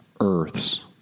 Earths